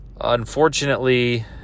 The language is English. Unfortunately